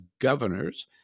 governors